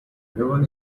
given